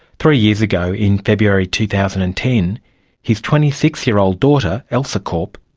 three years ago in february two thousand and ten his twenty six year old daughter, elsa corp,